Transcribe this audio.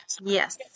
Yes